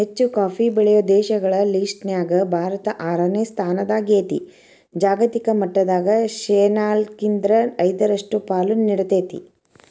ಹೆಚ್ಚುಕಾಫಿ ಬೆಳೆಯೋ ದೇಶಗಳ ಲಿಸ್ಟನ್ಯಾಗ ಭಾರತ ಆರನೇ ಸ್ಥಾನದಾಗೇತಿ, ಜಾಗತಿಕ ಮಟ್ಟದಾಗ ಶೇನಾಲ್ಕ್ರಿಂದ ಐದರಷ್ಟು ಪಾಲು ನೇಡ್ತೇತಿ